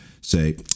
say